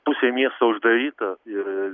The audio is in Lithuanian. pusė miesto uždaryta ir